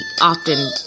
often